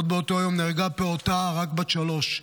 ועוד באותו יום נהרגה פעוטה רק בת שלוש,